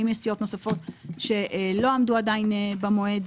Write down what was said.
האם יש סיעות נוספות שלא עמדו עדיין במועד.